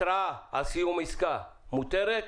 התראה על סיום עסקה מותרת,